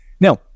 Now